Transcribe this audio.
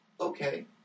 Okay